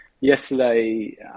Yesterday